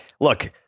Look